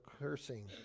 cursing